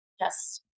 Yes